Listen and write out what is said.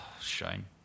Shame